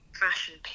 fashion